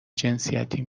جنسیتی